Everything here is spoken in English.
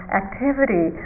activity